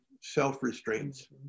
self-restraints